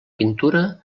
pintura